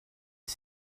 dix